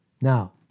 Now